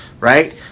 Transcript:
right